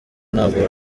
nabwo